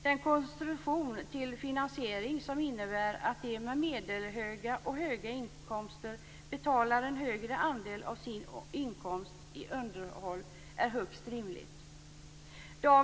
Den konstruktion till finansiering som innebär att de med medelhöga och höga inkomster betalar en högre andel av sin inkomst i underhåll är högst rimlig.